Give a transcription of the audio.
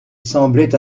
semblait